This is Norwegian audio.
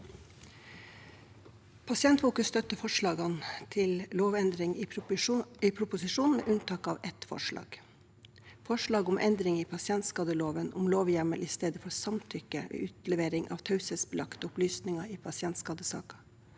Pasientfokus støtter forslagene til lovendring i proposisjonen, med unntak av ett forslag, forslaget om endring i pasientskadeloven, om lovhjemmel i stedet for samtykke ved utlevering av taushetsbelagte opplysninger i pasientskadesaker.